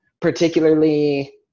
particularly